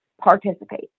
participate